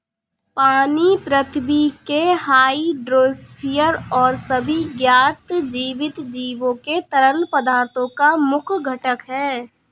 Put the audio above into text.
पानी पृथ्वी के हाइड्रोस्फीयर और सभी ज्ञात जीवित जीवों के तरल पदार्थों का मुख्य घटक है